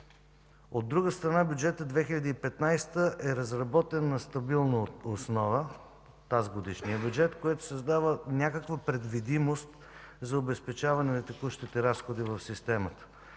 От друга страна, бюджетът 2015 г. е разработен на стабилна основа, което създава някаква предвидимост за обезпечаване на текущите разходи в системата.